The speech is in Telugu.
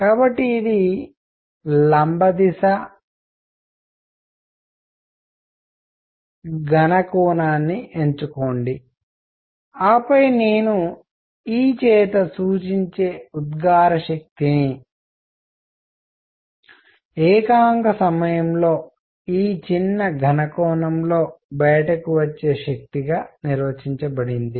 కాబట్టి ఇది లంబ దిశ ఒక ఘన కోణాన్ని ఎన్నుకోండి ఆపై నేను e చేత సూచించే ఉద్గార శక్తిని ఏకాంక సమయంలో ఈ చిన్న ఘన కోణంలో బయటకు వచ్చే శక్తిగా నిర్వచించబడింది